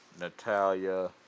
Natalia